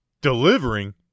delivering